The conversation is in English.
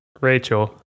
Rachel